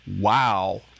wow